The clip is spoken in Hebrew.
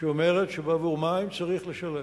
שאומרת שבעבור מים צריך לשלם.